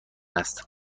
است